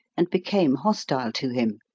and became hostile to him,